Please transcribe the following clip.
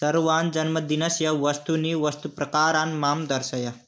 सर्वान् जन्मदिनस्य वस्तूनि वस्तुप्रकारान् मां दर्शय